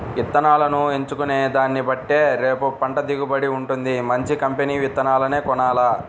ఇత్తనాలను ఎంచుకునే దాన్నిబట్టే రేపు పంట దిగుబడి వుంటది, మంచి కంపెనీ విత్తనాలనే కొనాల